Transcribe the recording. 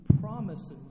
promises